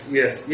yes